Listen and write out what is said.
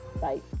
Bye